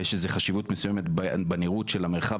ושיש איזו חשיבות מסוימת בנראות של המרחב